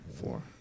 Four